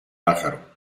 pájaro